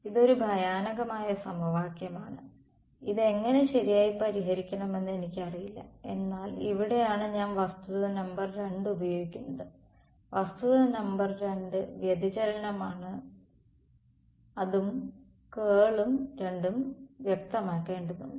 ഇതൊരു ഭയാനകമായ സമവാക്യമാണ് ഇത് എങ്ങനെ ശരിയായി പരിഹരിക്കണമെന്ന് എനിക്കറിയില്ല എന്നാൽ ഇവിടെയാണ് ഞാൻ വസ്തുത നമ്പർ 2 ഉപയോഗിക്കുന്നത് വസ്തുത നമ്പർ 2 വ്യതിചലനമാണ് അതും കേളും രണ്ടും വ്യക്തമാക്കേണ്ടതുണ്ട്